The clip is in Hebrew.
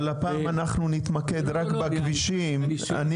אבל הפעם אנחנו נתמקד בכבישים --- אני